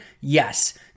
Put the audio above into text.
Yes